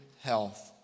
health